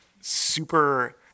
super